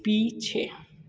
पीछे